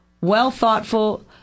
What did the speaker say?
well-thoughtful